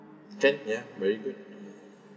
set ya very good